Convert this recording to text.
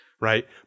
Right